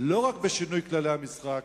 לא רק בשינוי כללי המשחק,